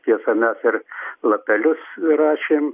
tiesa mes ir lapelius rašėm